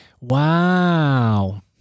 Wow